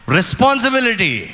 Responsibility